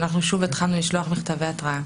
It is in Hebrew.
שוב התחלנו לשלוח מכתבי התראה.